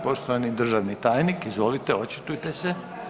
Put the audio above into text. Poštovani državni tajni, izvolite očitujte se.